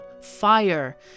fire